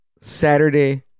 Saturday